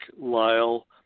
Lyle